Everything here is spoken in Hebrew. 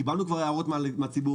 קיבלנו כבר הערות מן הציבור,